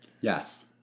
Yes